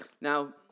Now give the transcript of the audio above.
Now